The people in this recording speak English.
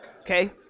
Okay